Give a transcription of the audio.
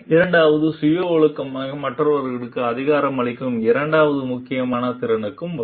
இரண்டாவது சுய ஒழுங்கமைக்க மற்றவர்களுக்கு அதிகாரம் அளிக்கும் இரண்டாவது முக்கியமான திறனுக்கு வரும்